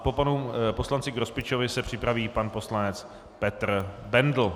Po panu poslanci Grospičovi se připraví pan poslanec Petr Bendl.